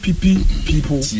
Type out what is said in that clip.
people